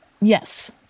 Yes